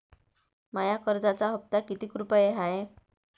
माया कर्जाचा हप्ता कितीक रुपये हाय?